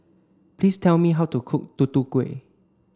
please tell me how to cook Tutu Kueh